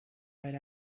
right